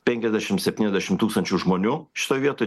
penkiasdešim septyniasdešim tūkstančių žmonių šitoj vietoj